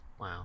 Wow